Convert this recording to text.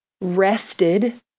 rested